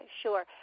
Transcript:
sure